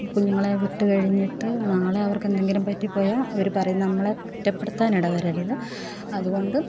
കുഞ്ഞുങ്ങളെ വിട്ടു കഴിഞ്ഞിട്ട് നാളെ അവർക്കെന്തെങ്കിലും പറ്റിപ്പോയാൽ അവർ പറയും നമ്മളെ കുറ്റപ്പെടുത്താനിടവരരുത് അതുകൊണ്ട്